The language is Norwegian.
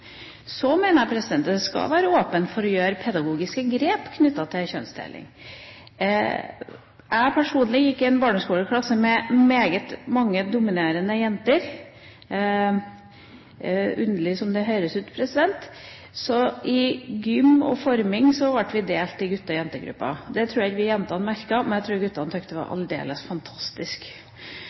Så mener jeg at man skal være åpen for å gjøre pedagogiske grep knyttet til kjønnsdeling. Jeg personlig gikk i en barneskoleklasse med mange meget dominerende jenter – underlig som det høres ut. Så i gym og forming ble vi delt i gutte- og jentegrupper. Det tror jeg vi jentene merket, men jeg tror guttene syntes det var aldeles fantastisk.